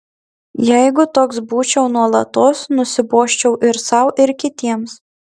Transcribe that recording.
jeigu toks būčiau nuolatos nusibosčiau ir sau ir kitiems